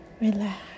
Relax